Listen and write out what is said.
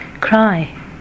Cry